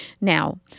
Now